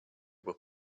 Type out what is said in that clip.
will